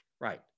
Right